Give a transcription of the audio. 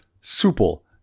Supple